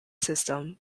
system